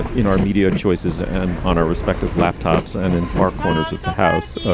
ah in our media choices and on our respective laptops and in far corners of the house.